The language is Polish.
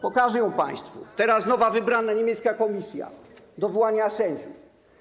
Pokażę ją państwu teraz - nowa wybrana niemiecka komisja do wyłaniania sędziów.